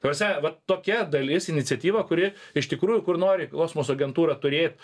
ta prasme va tokia dalis iniciatyva kuri iš tikrųjų kur nori kosmoso agentūra turėt